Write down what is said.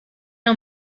era